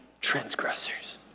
transgressors